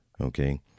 Okay